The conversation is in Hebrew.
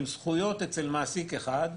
עם זכויות אצל מעסיק אחד,